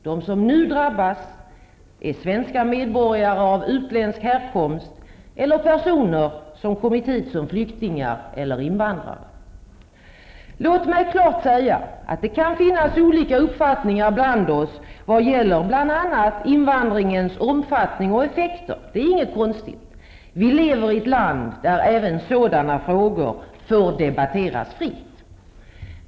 De som nu drabbas är svenska medborgare av utländsk härkomst eller personer som har kommit hit som flyktingar eller invandrare. Låt mig klart säga att det kan finnas olika uppfattningar bland oss vad gäller bl.a. invandringens omfattning och effekter. Det är inte konstigt. Vi lever i ett land där även sådana frågor får debatteras fritt.